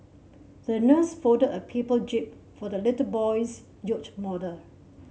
the nurse folded a paper jib for the little boy's yacht model